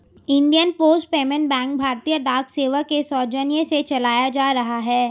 Indian post payment bank भारतीय डाक सेवा के सौजन्य से चलाया जा रहा है